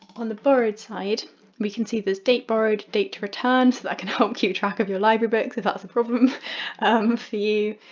on the borrowed side we can see there's date borrowed, date to return so that can help keep track of your library books if that's a problem for you,